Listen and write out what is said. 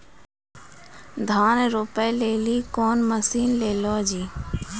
धान रोपे लिली कौन मसीन ले लो जी?